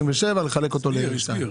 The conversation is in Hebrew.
27' לחלק אותו לשתיים.